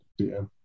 DM